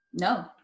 no